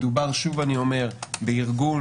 מדובר שוב, אני אומר בארגון